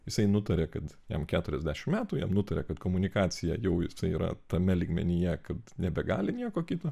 jisai nutarė kad jam keturiasdešimt metų jam nutarė kad komunikacija jau yra tame lygmenyje kad nebegali nieko kito